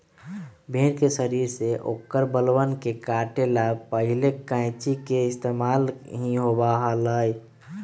भेड़ के शरीर से औकर बलवन के काटे ला पहले कैंची के पइस्तेमाल ही होबा हलय